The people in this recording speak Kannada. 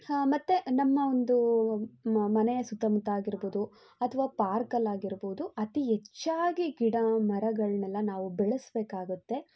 ಹಾಂ ಮತ್ತೆ ನಮ್ಮ ಒಂದು ಮನೆಯ ಸುತ್ತಮುತ್ತ ಆಗಿರ್ಬೋದು ಅಥವಾ ಪಾರ್ಕಲ್ಲಿ ಆಗಿರ್ಬೋದು ಅತಿ ಹೆಚ್ಚಾಗಿ ಗಿಡ ಮರಗಳನ್ನೆಲ್ಲ ನಾವು ಬೆಳಸಬೇಕಾಗುತ್ತೆ